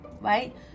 right